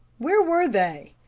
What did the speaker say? where were they?